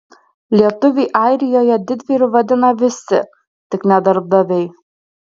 lietuvį airijoje didvyriu vadina visi tik ne darbdaviai